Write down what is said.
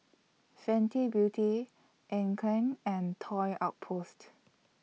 Fenty Beauty Anne Klein and Toy Outpost